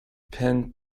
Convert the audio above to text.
pan